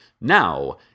now